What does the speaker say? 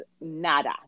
nada